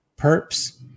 perps